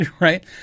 Right